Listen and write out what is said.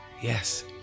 Yes